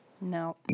No